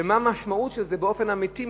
ומה המשמעות של זה באופן אמיתי,